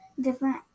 different